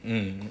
mm